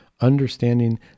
understanding